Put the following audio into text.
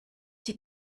die